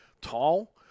tall